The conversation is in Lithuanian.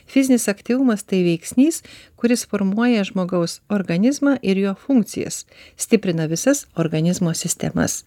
fizinis aktyvumas tai veiksnys kuris formuoja žmogaus organizmą ir jo funkcijas stiprina visas organizmo sistemas